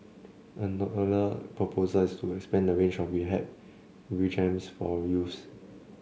another proposal is to expand the range of rehabilitation regimes for youths